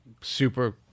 super